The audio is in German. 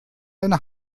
eine